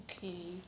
okay